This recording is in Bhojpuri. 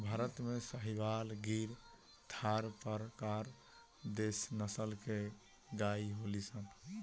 भारत में साहीवाल, गिर, थारपारकर देशी नसल के गाई होलि सन